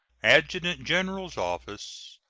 adjutant-general's office,